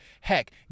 Heck